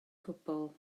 cwbl